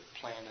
plan